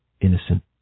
innocent